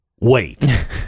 Wait